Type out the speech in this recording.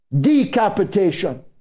decapitation